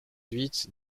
huit